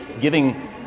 Giving